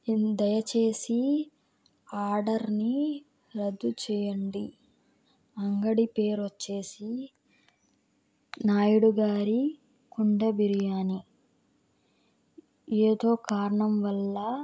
దయచేసి ఆర్డర్ ని రద్దు చేయండి అంగడి పేరొచ్చేసి నాయుడు గారి కుండ బిర్యానీ ఏదో కారణం వల్ల